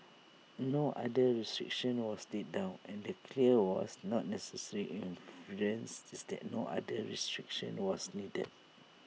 no other restriction was laid down and the clear was not necessary inference is that no other restriction was needed